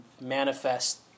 manifest